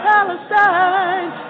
Palestine